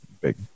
big